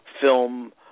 film